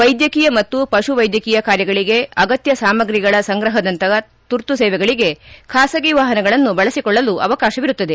ವೈದ್ಯಕೀಯ ಮತ್ತು ಪಶು ವೈದ್ಯಕೀಯ ಕಾರ್ಯಗಳಿಗೆ ಅಗತ್ಯ ಸಾಮಗ್ರಿಗಳ ಸಂಗ್ರಹದಂತಹ ತುರ್ತು ಸೇವೆಗಳಿಗೆ ಖಾಸಗಿ ವಾಹನಗಳನ್ನು ಬಳಸಿಕೊಳ್ಳಲು ಅವಕಾಶವಿರುತ್ತದೆ